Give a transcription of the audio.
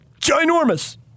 ginormous